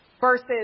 Versus